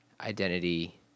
identity